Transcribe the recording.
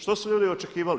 Što su ljudi očekivali?